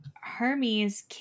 Hermes